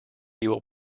will